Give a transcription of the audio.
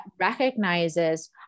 recognizes